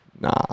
Nah